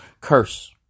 Curse